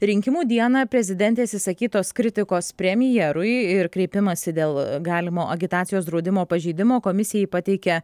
rinkimų dieną prezidentės išsakytos kritikos premjerui ir kreipimąsi dėl galimo agitacijos draudimo pažeidimo komisijai pateikė